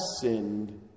sinned